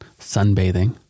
sunbathing